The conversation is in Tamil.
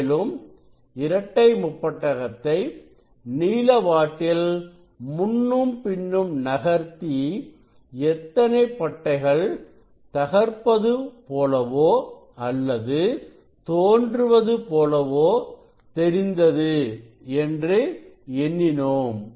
மேலும் இரட்டைமுப்பட்டகத்தை நீளவாட்டில் முன்னும் பின்னும் நகர்த்தி எத்தனை பட்டைகள் தகர்ப்பது போலவோ அல்லது தோன்றுவது போலவோ தெரிந்தது என்று எண்ணினோம்